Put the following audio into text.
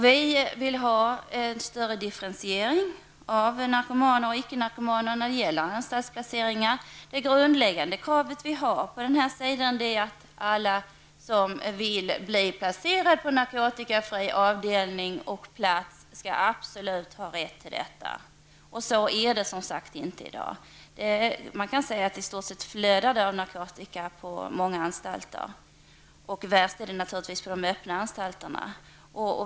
Vi vill ha en större differentiering av narkomaner och ickenarkomaner när det gäller anstaltsplaceringar. Vi har det grundläggandet kravet att alla som vill bli placerade på narkotikafria avdelningar absolut skall ha rätt till det. Så är det som sagt inte i dag. Många anstalter är i stort sett överflödade av narkotika, och värst är det naturligtvis på de öppna anstalterna.